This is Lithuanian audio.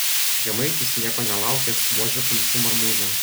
žemaitis nieko nelaukęs vožia kumščiu marmūzėn